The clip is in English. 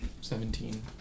Seventeen